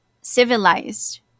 civilized